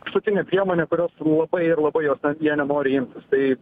paskutinė priemonė kurios labai ir labai jie nenori tai